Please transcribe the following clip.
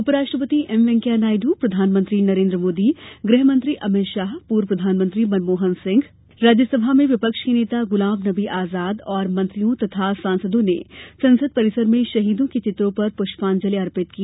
उपराष्ट्रपति एम वेंकैया नायडू प्रधानमंत्री नरेन्द्र मोदी गृहमंत्री अमित शाह पूर्व प्रधानमंत्री मनमोहन सिंह राज्यसभा में विपक्ष के नेता गुलामनबी आजाद और मंत्रियों व सांसदों ने संसद परिसर में शहीदों के चित्रों पर पूष्यांजलि अर्पित की